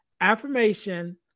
affirmation